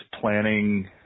planning